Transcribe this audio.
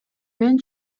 мен